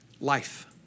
Life